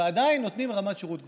ועדיין נותנים רמת שירות גבוהה.